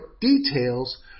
details